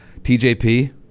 TJP